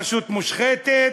רשות מושחתת,